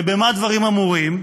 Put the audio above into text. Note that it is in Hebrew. ובמה דברים אמורים?